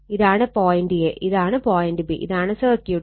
ഇതാണ് point A ഇതാണ് point B ഇതാണ് സർക്യൂട്ട്